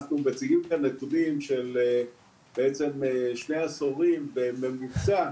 אנחנו מציגים כאן נתונים של בעצם שני עשורים בממוצע.